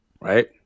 Right